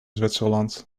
zwitserland